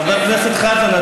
חבר הכנסת חזן,